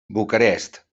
bucarest